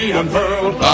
unfurled